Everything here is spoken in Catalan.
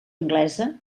anglesa